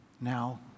Now